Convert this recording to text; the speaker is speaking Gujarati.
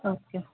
ઓકે